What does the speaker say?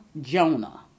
Jonah